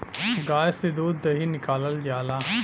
गाय से दूध दही निकालल जाला